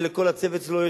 ולכל הצוות שלו,